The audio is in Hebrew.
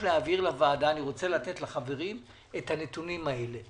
להעביר לוועדה אני רוצה לתת לחברים את הנתונים האלה,